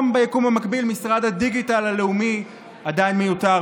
גם ביקום המקביל משרד הדיגיטל הלאומי עדיין מיותר.